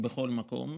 בכל מקום,